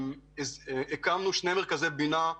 הקמנו שני מרכזי בינה,